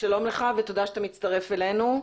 ותודה שאתה מצטרף אלינו.